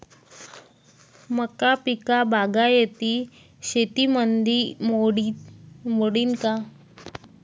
मका पीक बागायती शेतीमंदी मोडीन का?